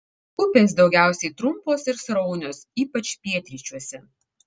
upės daugiausiai trumpos ir sraunios ypač pietryčiuose